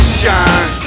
shine